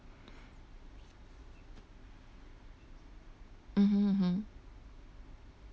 mmhmm mmhmm